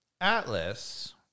Atlas